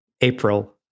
april